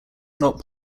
not